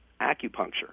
acupuncture